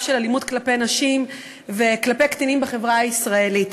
של אלימות כלפי נשים וכלפי קטינים בחברה הישראלית.